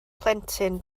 plentyn